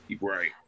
right